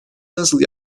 nasıl